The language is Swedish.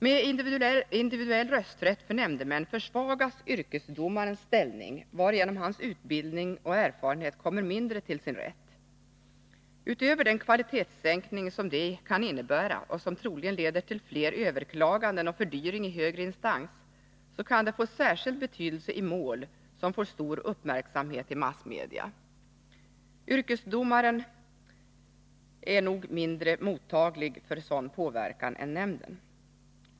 Med individuell rösträtt för nämndemän försvagas yrkesdomarens ställning, varigenom hans utbildning och erfarenhet kommer mindre till sin rätt. Utöver den kvalitetssänkning som detta kan innebära och som troligen leder till fler överklaganden och fördyring i högre instans, kan detta få särskild betydelse i mål som får stor uppmärksamhet i massmedia. Yrkesdomaren torde vara mindre motaglig för sådan påverkan än nämnden.